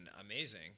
amazing